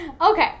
Okay